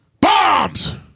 Bombs